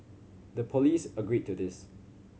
the police agreed to this